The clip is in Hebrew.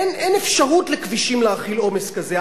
אין אפשרות לכבישים להכיל עומס כזה.